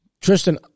Tristan